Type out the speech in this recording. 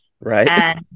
right